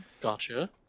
Gotcha